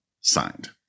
signed